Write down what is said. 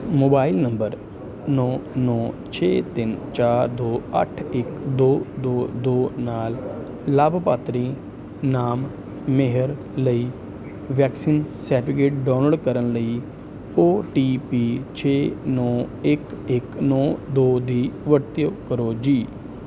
mobile number ਨੌਂ ਨੌਂ ਛੇ ਤਿੰਨ ਚਾਰ ਦੋ ਅੱਠ ਇੱਕ ਦੋ ਦੋ ਦੋ ਨਾਲ ਲਾਭਪਾਤਰੀ ਨਾਮ ਮੇਹਰ ਲਈ ਵੈਕਸੀਨ ਸਰਟੀਫਿਕੇਟ ਡਾਊਨਲੋਡ ਕਰਨ ਲਈ ਓ ਟੀ ਪੀ ਛੇ ਨੌਂ ਇੱਕ ਇੱਕ ਨੌਂ ਦੋ ਦੀ ਵਰਤੋਂ ਕਰੋ ਜੀ